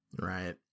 Right